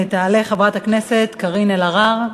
תעלה חברת הכנסת קארין אלהרר.